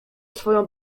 swoją